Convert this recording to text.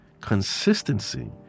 Consistency